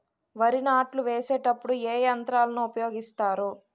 వరి నాట్లు వేసేటప్పుడు ఏ యంత్రాలను ఉపయోగిస్తారు?